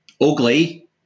ugly